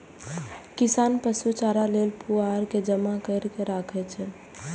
किसान पशु चारा लेल पुआर के जमा कैर के राखै छै